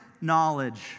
knowledge